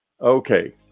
Okay